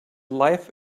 life